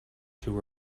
too